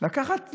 לקחת,